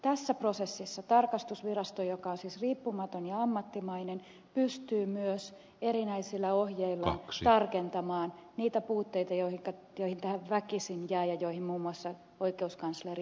tässä prosessissa tarkastusvirasto joka on siis riippumaton ja ammattimainen pystyy myös erinäisillä ohjeilla tarkentamaan niitä puutteita joita tähän väkisin jää ja joihin muun muassa oikeuskansleri viittasi